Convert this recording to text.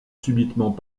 subitement